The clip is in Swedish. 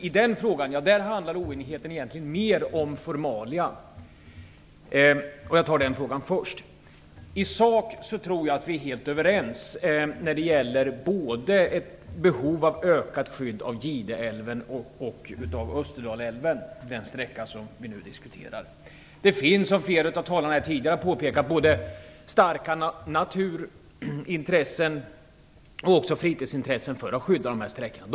I det fallet gäller oenigheten mera formalia. Jag börjar med den frågan. Jag tror att vi är helt överens i sak när det gäller behovet av ökat skydd av Gideälven och den berörda sträckan av Österdalälven. Som flera av talarna tidigare har påpekat finns det starka natur och fritidsintressen för att dessa sträckor skall skyddas.